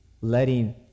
letting